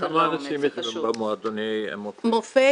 כמה אנשים יש במועדוני מופת?